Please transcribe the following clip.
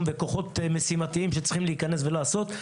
וכוחות משימתיים שצריכים להיכנס ולעשות.